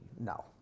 No